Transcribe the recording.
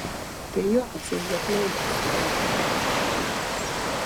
tai jo tas ilgaplaukis kur vakar buvo atvažiavęs